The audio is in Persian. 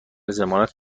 ضمانت